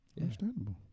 Understandable